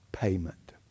payment